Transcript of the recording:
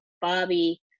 Bobby